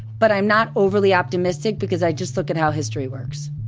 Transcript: but i'm not overly optimistic because i just look at how history works.